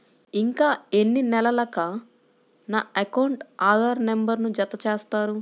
ఇంకా ఎన్ని నెలలక నా అకౌంట్కు ఆధార్ నంబర్ను జత చేస్తారు?